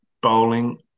bowling